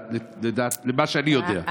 לפי מה שאני יודע.